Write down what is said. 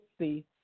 see